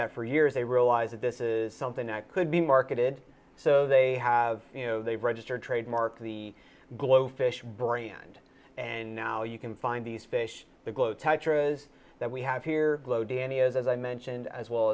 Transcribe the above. that for years they realize that this is something that could be marketed so they have you know they registered trademark the glow fish brand and now you can find these fish the glow touches that we have here glow danios as i mentioned as well